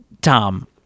Tom